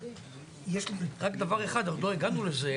יש לי רק דבר אחד, אבל עוד לא הגענו אליו.